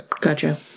Gotcha